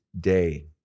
day